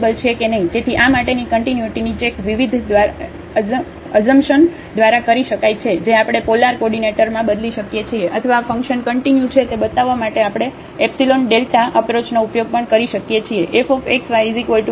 તેથી આ માટેની કન્ટિન્યુટી ની ચેક વિવિધ Assumption દ્વારા કરી શકાય છે જે આપણે પોલાર કોડિનેટરમાં બદલી શકીએ છીએ અથવા આ ફંકશન કંટીન્યુ છે તે બતાવવા માટે આપણે એપ્સીલોન Δ અપ્રોચનો ઉપયોગ પણ કરી શકીએ છીએ